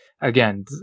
Again